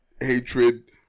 hatred